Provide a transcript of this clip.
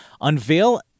unveil